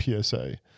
PSA